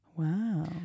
Wow